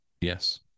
yes